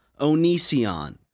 Onision